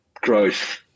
growth